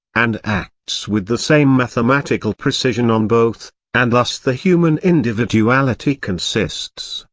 and acts with the same mathematical precision on both and thus the human individuality consists,